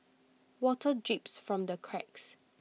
water drips from the cracks